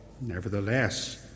nevertheless